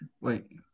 wait